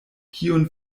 kiun